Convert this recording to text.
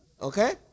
Okay